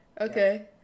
Okay